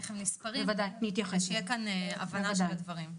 שתהיה הבנה של הדברים.